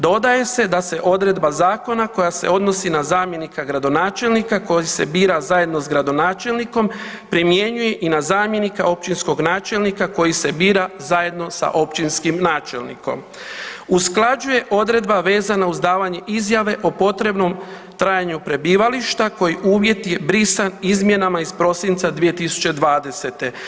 Dodaje se da se odredba zakona koja se odnosi na zamjenika gradonačelnika koji se bira zajedno sa gradonačelnikom primjenjuje i na zamjenika općinskog načelnika koji se bira zajedno sa općinskim načelnikom usklađuje odredba vezana uz davanje izjave o potrebnom trajanju prebivališta koji uvjet je brisan izmjenama iz prosinca 2020.